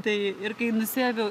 tai ir kai nusiaviau